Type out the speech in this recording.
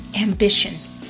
ambition